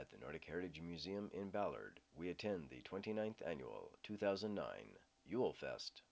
at the nordic heritage museum in ballard we attend the twenty ninth annual two thousand and nine you will fest